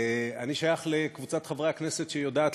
אני שייך לקבוצת חברי הכנסת שיודעת